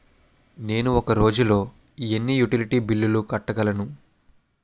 నేను ఒక రోజుల్లో ఎన్ని యుటిలిటీ బిల్లు కట్టగలను?